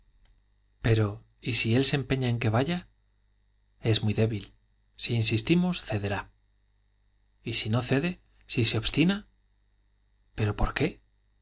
santo pero y si él se empeña en que vaya es muy débil si insistimos cederá y si no cede si se obstina pero por qué